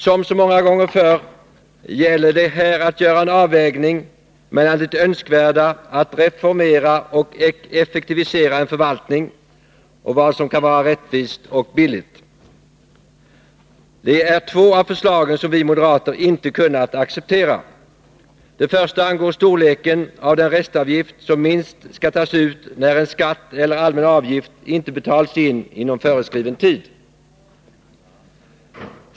Som så många gånger förr gäller det här att 115 för att förbättra skatteuppbörden göra en avvägning mellan det önskvärda i att reformera och effektivisera en förvaltning och vad som kan vara rättvist och billigt. Det är två förslag som vi moderater inte har kunnat acceptera. Det första angår storleken av den restavgift som minst skall tas ut när en skatt eller allmän avgift inte inbetalats inom föreskriven tid.